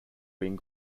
wind